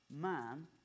man